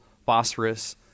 phosphorus